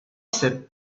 said